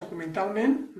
documentalment